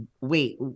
Wait